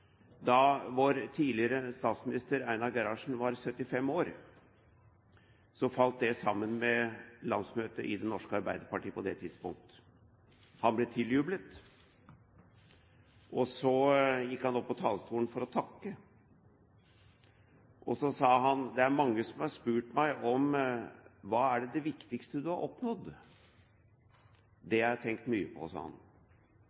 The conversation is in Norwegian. Da vår tidligere statsminister Einar Gerhardsen var 75 år, falt det sammen med landsmøtet i Det norske Arbeiderparti på det tidspunkt. Han ble tiljublet. Så gikk han opp på talerstolen for å takke, og så sa han: Det er mange som har spurt meg: Hva er det viktigste du har oppnådd? Det